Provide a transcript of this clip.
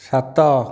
ସାତ